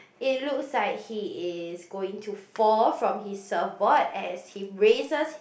it looks like he is going to fall from his surfboard as he raises